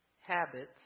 habits